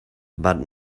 but